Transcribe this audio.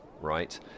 right